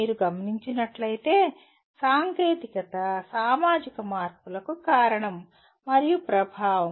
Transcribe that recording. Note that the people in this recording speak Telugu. మీరు గమనించినట్లయితే సాంకేతికత సామాజిక మార్పులకు కారణం మరియు ప్రభావం